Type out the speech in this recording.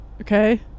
Okay